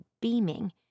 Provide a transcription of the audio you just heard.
beaming